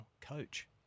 coach